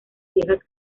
viejas